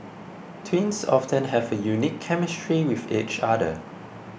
twins often have a unique chemistry with each other